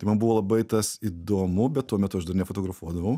tai man buvo labai tas įdomu bet tuo metu aš dar nefotografuodavau